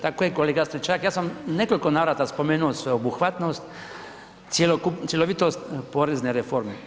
Tako je, kolega Stričak, ja sam u nekoliko navrata spomenuo sveuobuhvatnost, cjelovitost porezne reforme.